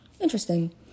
interesting